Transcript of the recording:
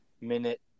minute